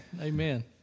amen